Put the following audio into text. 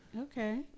Okay